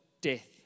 death